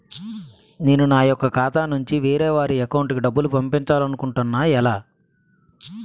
నేను నా యెక్క ఖాతా నుంచి వేరే వారి అకౌంట్ కు డబ్బులు పంపించాలనుకుంటున్నా ఎలా?